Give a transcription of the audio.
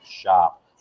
shop